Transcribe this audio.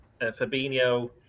Fabinho